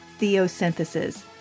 Theosynthesis